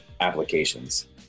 applications